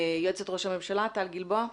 יועצת ראש הממשלה טל גלבוע.